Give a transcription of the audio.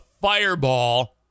fireball